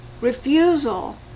refusal